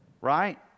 right